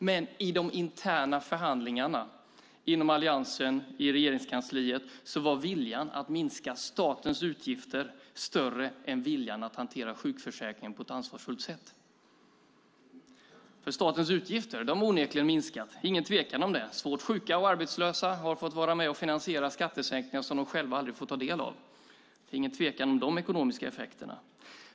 Men i de interna förhandlingarna inom Alliansen och i Regeringskansliet var viljan att minska statens utgifter större än viljan att hantera sjukförsäkringen på ett ansvarsfullt sätt. Statens utgifter har onekligen minskat. Det är ingen tvekan om det. Svårt sjuka och arbetslösa har fått vara med och finansiera skattesänkningar som de själva aldrig får ta del av. Det är ingen tvekan om de ekonomiska effekterna.